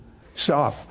Stop